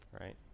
right